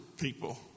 people